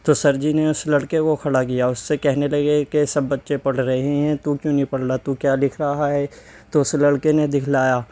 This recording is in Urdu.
تو سر جی نے اس لڑکے کو کھڑا کیا اس سے کہنے لگے کہ سب بچے پڑھ رہے ہیں تو کیوں نہیں پڑھ رہا تو کیا لکھ رہا ہے تو اس لڑکے نے دکھلایا